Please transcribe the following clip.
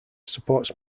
supports